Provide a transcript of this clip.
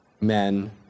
men